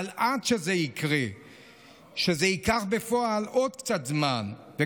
אבל ייקח בפועל עוד קצת זמן עד שזה יקרה.